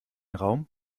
raum